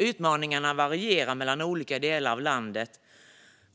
Utmaningarna varierar mellan olika delar av landet